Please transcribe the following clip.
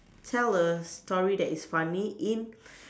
tell a story that is funny in